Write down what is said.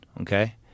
okay